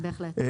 בהחלט.